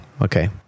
Okay